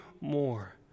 more